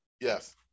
Yes